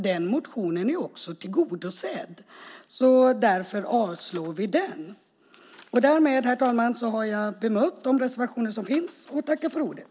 Den motionen är därmed också tillgodosedd, och därför avstyrker vi den. Därmed, herr talman, har jag bemött de reservationer som finns och tackar för ordet.